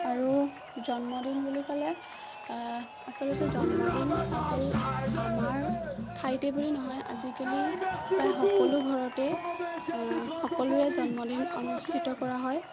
আৰু জন্মদিন বুলি ক'লে আচলতে জন্মদিন অকল আমাৰ ঠাইতে বুলি নহয় আজিকালি প্ৰায় সকলো ঘৰতে সকলোৰে জন্মদিন অনুষ্ঠিত কৰা হয়